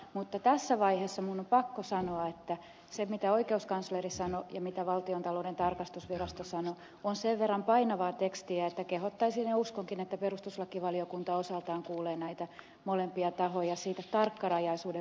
mutta tässä vaiheessa minun on pakko sanoa että se mitä oikeuskansleri sanoi ja mitä valtiontalouden tarkastusvirasto sanoi on sen verran painavaa tekstiä että kehottaisin kuulemaan näitä molempia tahoja siitä tarkkarajaisuuden vaatimuksesta ja uskonkin että perustuslakivaliokunta osaltaan tekee niin